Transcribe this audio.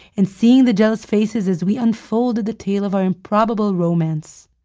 and seeing the jealous faces as we unfolded the tale of our improbable romance.